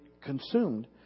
consumed